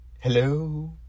Hello